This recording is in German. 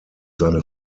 seine